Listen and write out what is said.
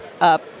up